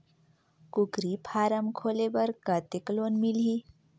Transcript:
कूकरी फारम खोले बर कतेक लोन मिलही?